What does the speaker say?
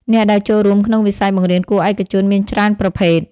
អ្នកដែលចូលរួមក្នុងវិស័យបង្រៀនគួរឯកជនមានច្រើនប្រភេទ។